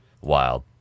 wild